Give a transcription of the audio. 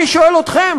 אני שואל אתכם,